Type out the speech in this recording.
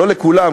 לא לכולם,